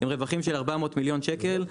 עם רווחים של 400 מיליון שקל,